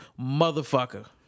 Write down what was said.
motherfucker